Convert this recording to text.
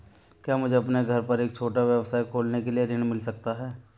क्या मुझे अपने घर पर एक छोटा व्यवसाय खोलने के लिए ऋण मिल सकता है?